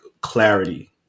clarity